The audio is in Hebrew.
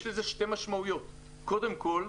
יש לזה שתי משמעויות: קודם כול,